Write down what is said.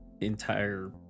entire